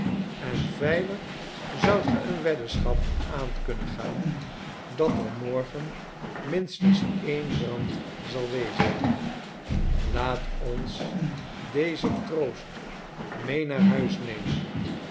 en veilig zoudt ge een weddenschap aan kunnen gaan dat er morgen minstens e'en brand zal wezen laat ons dezen troost mee naar huis